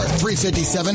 .357